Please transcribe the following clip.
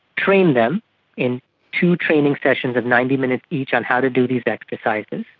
train them in two training sessions of ninety minutes each on how to do these exercises.